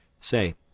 Say